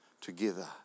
together